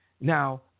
Now